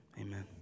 Amen